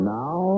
now